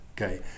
Okay